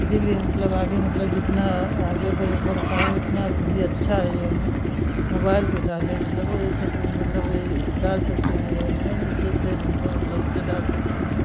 इसीलिए मतलब आगे मतलब जितना आगे बे बढ़ पाए उतना भी अच्छा है जऊन है मोबाइल पर डाले मतलब ए सब मतलब ए डाल सकते हैं जऊन है इससे फ़ेसबुक पर मतलब जैसे डाल सकते हैं